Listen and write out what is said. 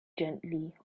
gently